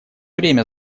время